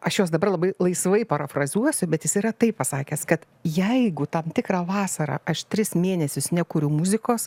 aš juos dabar labai laisvai parafrazuosiu bet jis yra taip pasakęs kad jeigu tam tikrą vasarą aš tris mėnesius nekuriu muzikos